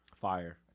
Fire